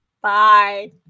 Bye